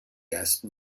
ersten